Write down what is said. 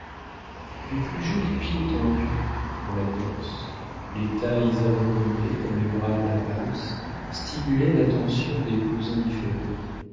les plus jolis pieds tendus pour la danse les tailles abandonnées dans les bras de la valse stimulaient l'attention des plus indifférents